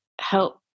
help